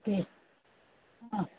okay आ